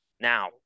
now